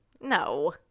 No